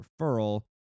referral